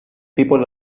people